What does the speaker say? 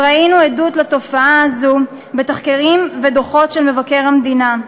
ראינו עדות לתופעה הזו בתחקירים ובדוחות של מבקר המדינה.